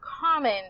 common